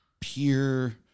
pure